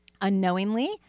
unknowingly